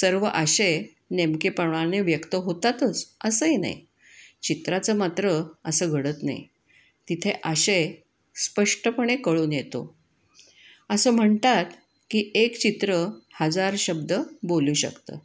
सर्व आशय नेमकेपणाने व्यक्त होतातच असंही नाही चित्राचं मात्र असं घडत नाही तिथे आशय स्पष्टपणे कळून येतो असं म्हणतात की एक चित्र हजार शब्द बोलू शकतं